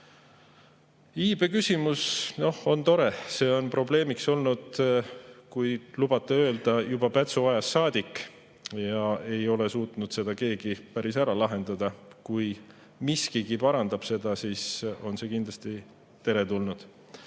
ees. Iibeküsimus – noh, see on probleemiks olnud, kui lubate öelda, juba Pätsu ajast saadik. Ja ei ole suutnud seda keegi päris ära lahendada. Kui miskigi seda parandab, siis on see kindlasti teretulnud. Aga